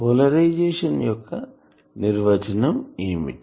polarisation యొక్క నిర్వచనం ఏమిటి